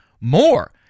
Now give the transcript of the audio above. more